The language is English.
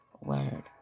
word